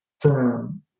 firm